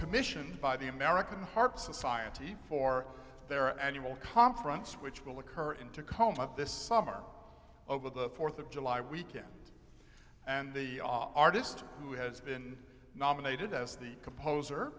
commissioned by the american harp society for their annual conference which will occur in tacoma this summer over the fourth of july weekend and the artist who has been nominated as the composer